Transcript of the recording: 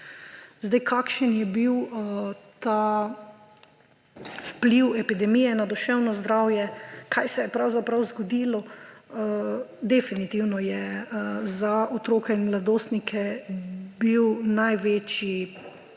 Kakšen je bil ta vpliv epidemije na duševno zdravje, kaj se je pravzaprav zgodilo? Definitivno je za otoke in mladostnike bila največja